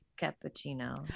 Cappuccino